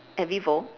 at vivo